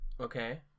Okay